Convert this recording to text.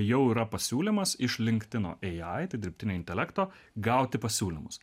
jau yra pasiūlymas iš linked ino ai tai dirbtinio intelekto gauti pasiūlymus